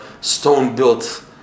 stone-built